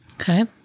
Okay